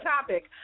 topic